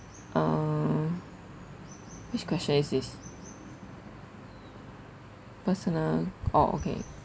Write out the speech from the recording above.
uh which question is this personal oh okay